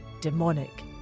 demonic